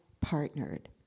partnered